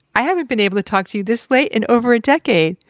i haven't been able to talk to you this late and over a decade.